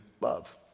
love